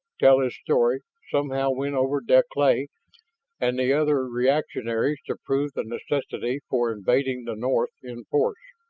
tell his story, somehow win over deklay and the other reactionaries to prove the necessity for invading the north in force.